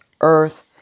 earth